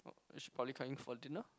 is she probably coming for dinner